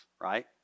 right